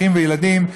אחים וילדים,